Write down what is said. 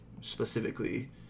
specifically